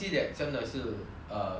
during this period is how